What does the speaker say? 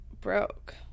broke